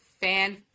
fan